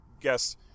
guess